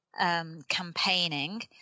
campaigning